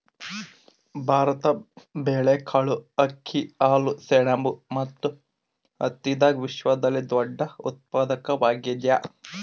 ಭಾರತ ಬೇಳೆಕಾಳ್, ಅಕ್ಕಿ, ಹಾಲು, ಸೆಣಬು ಮತ್ತು ಹತ್ತಿದಾಗ ವಿಶ್ವದಲ್ಲೆ ದೊಡ್ಡ ಉತ್ಪಾದಕವಾಗ್ಯಾದ